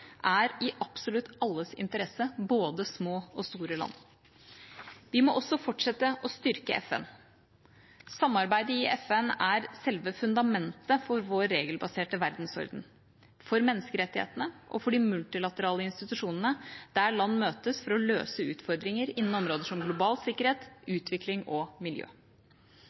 er i absolutt alles interesse, både små og store land. Vi må også fortsette å styrke FN. Samarbeidet i FN er selve fundamentet for vår regelbaserte verdensorden, for menneskerettighetene og for de multilaterale institusjonene der land møtes for å løse utfordringer innen områder som global sikkerhet, utvikling og miljø.